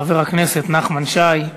חבר הכנסת נחמן שי.